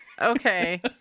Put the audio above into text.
Okay